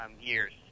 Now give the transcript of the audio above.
years